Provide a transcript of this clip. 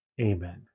amen